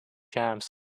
jams